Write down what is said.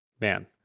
man